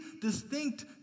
distinct